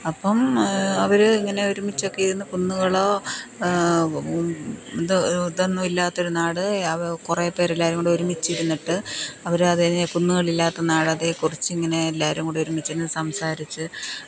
അപ്പം അവർ ഇങ്ങനെ ഒരുമിച്ചൊക്കെ ഇരുന്ന് കുന്നുകളോ ഇത് ഇതൊന്നും ഇല്ലാത്തൊരു നാട് അവ് കുറേ പേർ എല്ലാവരും കൂടെ ഒരുമിച്ച് ഇരുന്നിട്ട് അവർ അതിനെ കുന്നുകളില്ലാത്ത നാട് അതേക്കുറിച്ച് ഇങ്ങനെ എല്ലാവരും കൂടെ ഒരുമിച്ചിരുന്ന് സംസാരിച്ച്